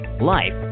life